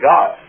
God